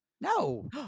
No